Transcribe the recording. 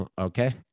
Okay